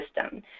system